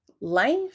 life